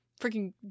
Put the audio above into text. freaking